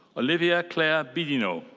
olivia claire bidinot.